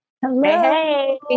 Hello